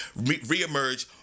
reemerge